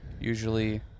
usually